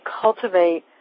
cultivate